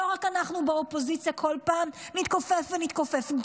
לא רק אנחנו באופוזיציה נתכופף ונתכופף כל פעם,